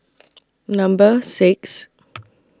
Number six